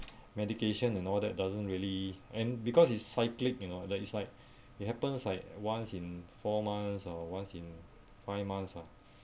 medication and all that doesn't really and because it's cyclic you know that it's like it happens like once in four months or once in five months ah